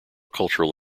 cultural